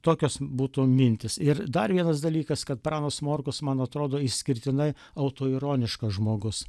tokios būtų mintys ir dar vienas dalykas kad pranas morkus man atrodo išskirtinai autoironiškas žmogus